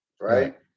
right